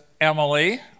Emily